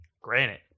Granite